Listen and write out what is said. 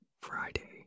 Friday